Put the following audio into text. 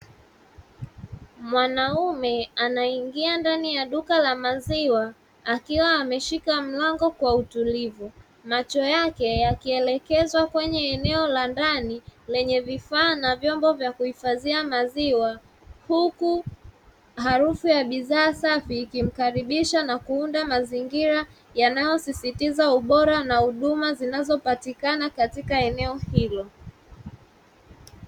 Mwanaume anaingia ndani ya duka la maziwa akiwa ameshika mlango kwa utulivu macho yake yakielekezwa kwenye eneo la ndani lenye vifaa na vyombo vya kuhifadhia maziwa, huku harufu ya bidhaa safi ikimkaribisha na kuunda mazingira yanayosisitiza ubora na huduma zinazopatikana katika eneo hilo.